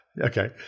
okay